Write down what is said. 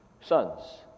sons